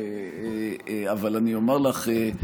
אבל אני אומר לך,